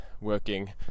working